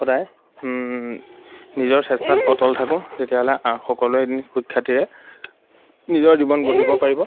সদায় নিজৰ চেষ্টাত অটল থাকোঁ তেতিয়াহ'লে সকলোৱে এদিন সুখ্যাতিৰে নিজৰ জীৱন গঢ়িব পাৰিব